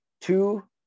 two